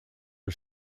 are